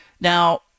Now